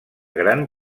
gran